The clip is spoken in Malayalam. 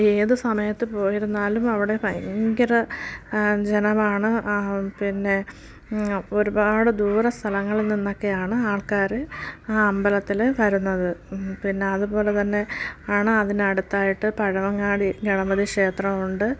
ഏത് സമയത്ത് പോയിരുന്നാലും അവിടെ ഭയങ്കര ജനമാണ് പിന്നെ ഒരുപാട് ദൂരെ സ്ഥലങ്ങളിൽ നിന്നൊക്കെയാണ് ആൾക്കാർ ആ അമ്പലത്തിൽ വരുന്നത് പിന്നെ അതുപോലെ തന്നെ ആണ് അതിനടുത്തായിട്ട് പഴവങ്ങാടി ഗണപതി ക്ഷേത്രമുണ്ട്